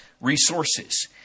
resources